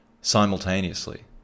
simultaneously